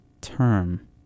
term